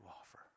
offer